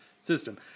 System